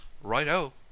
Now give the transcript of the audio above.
Right-o